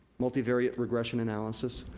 multivariate regression analysis?